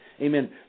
Amen